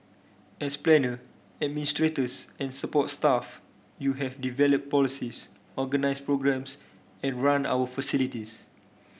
as planner administrators and support staff you have developed policies organised programmes and run our facilities